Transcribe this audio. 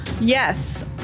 Yes